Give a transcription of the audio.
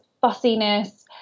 fussiness